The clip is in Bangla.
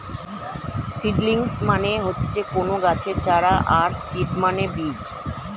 সিডলিংস মানে হচ্ছে কোনো গাছের চারা আর সিড মানে বীজ